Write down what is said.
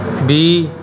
ਵੀਹ